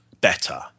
better